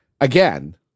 again